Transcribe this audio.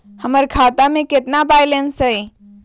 हमर खाता में केतना बैलेंस हई?